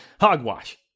Hogwash